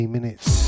minutes